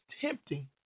tempting